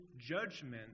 judgment